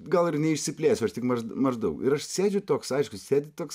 gal ir neišsiplėsiu ar tik maž maždaug ir aš sėdžiu toks aišku sėdi toks